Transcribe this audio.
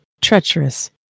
treacherous